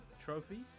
Trophy